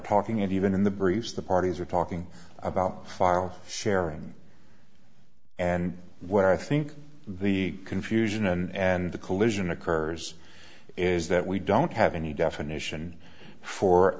talking and even in the briefs the parties are talking about file sharing and what i think the confusion and the collision occurs is that we don't have any definition for